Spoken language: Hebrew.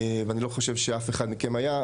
ואני לא חושב שאף אחד מכם היה,